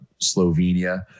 Slovenia